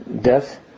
Death